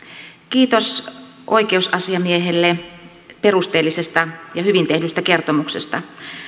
kiitos oikeusasiamiehelle perusteellisesta ja hyvin tehdystä kertomuksesta